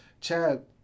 Chad